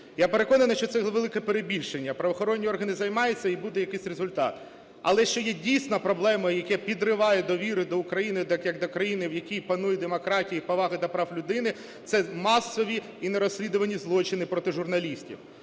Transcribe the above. Я переконаний, що це велике перебільшення. Правоохоронні органи займаються і буде якийсь результат. Але, що є дійсна проблема, яка підриває довіру до України як до країни, в які панує демократія і повага до прав людини – це масові і нерозслідувані злочини проти журналістів.